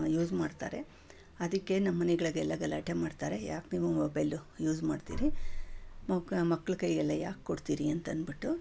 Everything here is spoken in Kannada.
ಯೂಸ್ ಮಾಡ್ತಾರೆ ಅದಕ್ಕೆ ನಮ್ಮನೆಗಳಿಗೆಲ್ಲ ಗಲಾಟೆ ಮಾಡ್ತಾರೆ ಯಾಕೆ ನೀವು ಮೊಬೈಲ್ ಯೂಸ್ ಮಾಡ್ತೀರಿ ಮಕ ಮಕ್ಳು ಕೈಗೆಲ್ಲ ಯಾಕೆ ಕೊಡ್ತೀರಿ ಅಂತಂದ್ಬಿಟ್ಟು